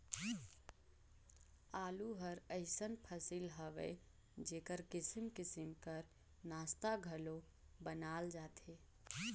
आलू हर अइसन फसिल हवे जेकर किसिम किसिम कर नास्ता घलो बनाल जाथे